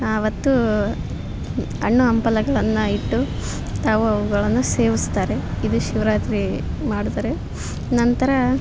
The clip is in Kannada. ಆವತ್ತು ಹಣ್ಣು ಹಂಪಲುಗಳನ್ನ ಇಟ್ಟು ತಾವು ಅವುಗಳನ್ನು ಸೇವಿಸ್ತಾರೆ ಇದು ಶಿವರಾತ್ರಿ ಮಾಡ್ತಾರೆ ನಂತರ